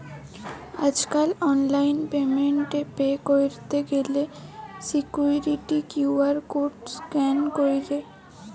আজকাল online payment এ pay কইরতে গ্যালে সিকুইরিটি কিউ.আর কোড স্ক্যান কইরে